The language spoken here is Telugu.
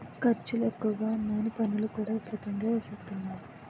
ఖర్చులు ఎక్కువగా ఉన్నాయని పన్నులు కూడా విపరీతంగా ఎసేత్తన్నారు